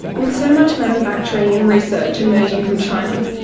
with so much manufacturing and research emerging from china,